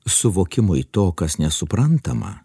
suvokimui to kas nesuprantama